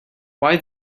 why